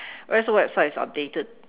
whereas website is updated